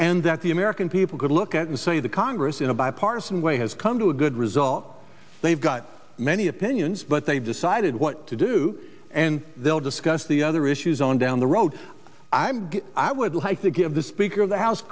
and that the american people could look at and say the congress in a bipartisan way has come to a good result they've got many opinions but they've decided what to do and they'll discuss the other issues on down the road i i would like to give the speaker of the house